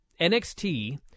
NXT